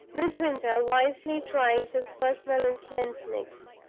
midwinter wisely tried his personal influence next.